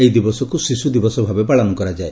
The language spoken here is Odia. ଏହି ଦିବସକୁ ଶିଶୁ ଦିବସ ଭାବେ ପାଳନ କରାଯାଏ